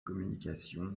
communications